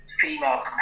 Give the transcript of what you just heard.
female